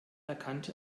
erkannte